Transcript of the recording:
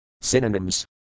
Synonyms